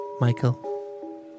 Michael